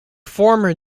former